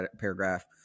paragraph